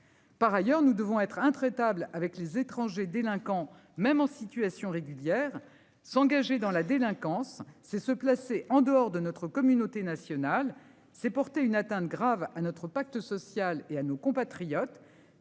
Par ailleurs, nous devons être intraitable avec les étrangers délinquants, même en situation régulière. S'engager dans la délinquance c'est se placer en dehors de notre communauté nationale c'est porter une atteinte grave à notre pacte social et à nos compatriotes